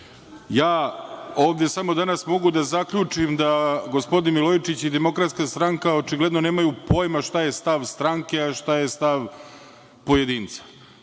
samo danas mogu da zaključim da gospodin Milojčić i DS očigledno nemaju pojma šta je stav stranke, a šta je stav pojedinca.